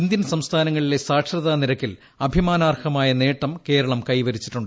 Indian സംസ്ഥാനങ്ങളിലെ സാക്ഷരതാ നിരക്കിൽ അഭിമാനാർഹമായ നേട്ടം കേരളം കൈവരിച്ചിട്ടുണ്ട്